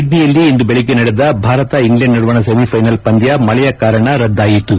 ಸಿಡ್ಡಿಯಲ್ಲಿ ಇಂದು ಬೆಳಿಗ್ಗೆ ನಡೆದ ಭಾರತ ಇಂಗ್ಡೆಂಡ್ ನಡುವಣ ಸೆಮಿ ಥೈನಲ್ ಪಂದ್ಯ ಮಳೆಯ ಕಾರಣ ರದ್ದಾಯಿತು